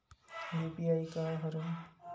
UPI का हरय?